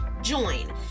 join